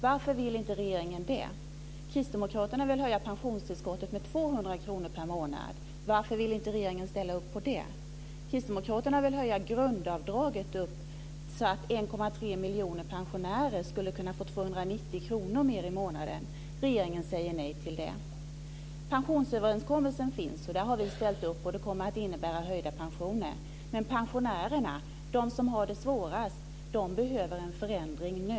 Varför vill inte regeringen det? 1,3 miljoner pensionärer skulle kunna få 290 kr mer i månaden. Regeringen säger nej till det. Det finns en pensionsöverenskommelse där vi har ställt upp, och den kommer att innebära höjda pensioner, men pensionärerna, de som har det svårast, behöver en förändring nu.